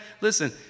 Listen